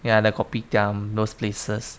ya the kopitiam those places